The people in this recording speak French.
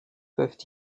peuvent